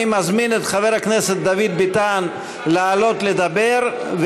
אני מזמין את חבר הכנסת דוד ביטן לעלות לדבר,